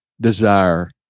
desire